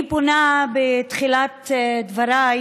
אני פונה בתחילת דבריי